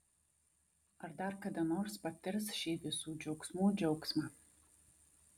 ar dar kada nors patirs šį visų džiaugsmų džiaugsmą